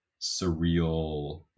surreal